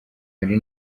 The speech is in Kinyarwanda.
hari